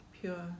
Pure